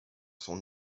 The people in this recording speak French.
son